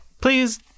please